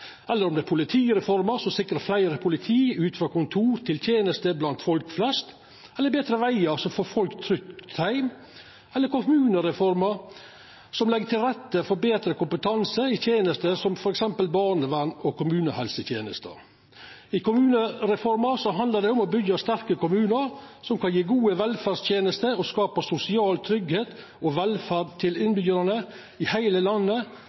eller om det er politireforma som sikrar fleire politi ut frå kontor til tenester blant folk flest, eller betre vegar som får folk trygt heim, eller kommunereforma som legg til rette for betre kompetanse i tenester som f.eks. barnevern og kommunehelsetenesta. I kommunereforma handlar det om å byggja sterke kommunar som kan gje gode velferdstenester og skapa sosial tryggleik og velferd til innbyggjarane i heile landet,